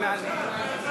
למה מהצד?